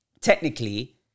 technically